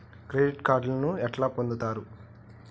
Credit కార్డులను ఎట్లా పొందుతరు?